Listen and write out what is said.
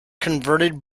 converted